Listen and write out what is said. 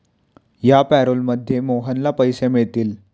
या पॅरोलमध्ये मोहनला पैसे मिळतील